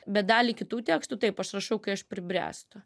bet dalį kitų tekstų taip aš rašau kai aš pribręstų